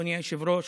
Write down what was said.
אדוני היושב-ראש,